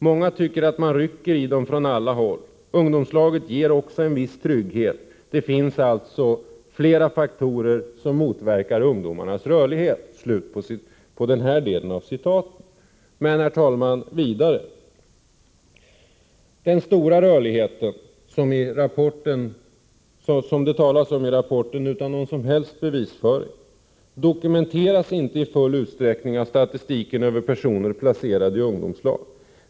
Många tycker att man rycker i dem från alla håll. Ungdomslaget ger också en viss trygghet. Det finns alltså fler faktorer som motverkar Herr talman! Vidare säger man följande: ”Den stora rörligheten” — som det talas om i rapporten utan någon som helst bevisföring — ”dokumenteras inte i full utsträckning i statistiken över personer placerade i ungdomslag.